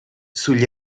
sugli